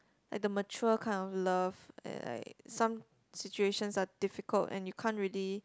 like the mature kind of love and like some situations are difficult and you can't really